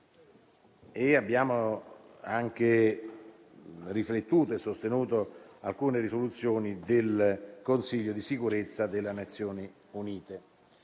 Guardian e abbiamo sostenuto alcune risoluzioni del Consiglio di sicurezza delle Nazioni Unite.